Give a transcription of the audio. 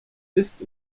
ist